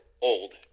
old